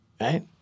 right